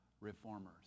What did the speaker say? reformers